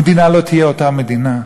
המדינה לא תהיה אותה מדינה,